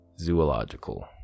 Zoological